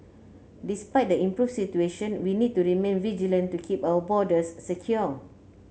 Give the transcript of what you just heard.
despite the improved situation we need to remain vigilant to keep our borders secure